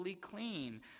clean